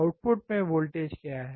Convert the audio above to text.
output में voltage क्या है